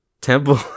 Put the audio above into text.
Temple